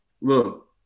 Look